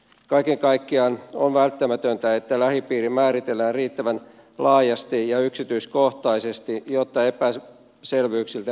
kaiken kaikkiaan on välttämätöntä että lähipiiri määritellään riittävän laajasti ja yksityiskohtaisesti jotta epäselvyyksiltä vältytään